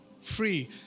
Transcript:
free